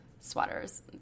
Sweaters